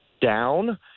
down